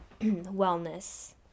wellness